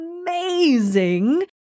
amazing